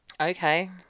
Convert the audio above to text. Okay